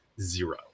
Zero